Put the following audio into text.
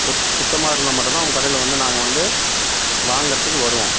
சுத் சுத்தமாக இருந்தால் மட்டுந்தான் உங்கள் கடையில் வந்து நாங்கள் வந்து வாங்குறத்துக்கு வருவோம்